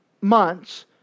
months